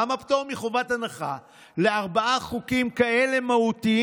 למה פטור מחובת הנחה לארבעה חוקים מהותיים